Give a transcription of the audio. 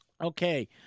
Okay